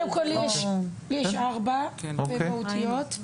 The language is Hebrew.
יש לי ארבע מהותיות.